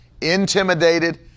intimidated